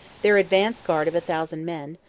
their advanced guard of a thousand men,